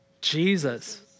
Jesus